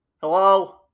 Hello